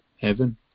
Heaven